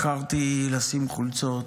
בחרתי לשים חולצות,